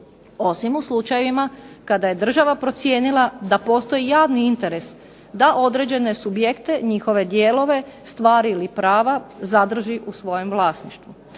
osim u slučajevima kada je država procijenila da postoji javni interes da određene subjekte, njihove dijelove, stvari ili prava zadrži u svojem vlasništvu.